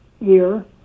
year